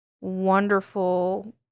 wonderful